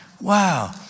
Wow